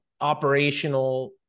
operational